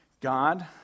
God